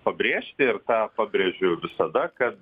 pabrėžti ir tą pabrėžiu visada kad